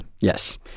yes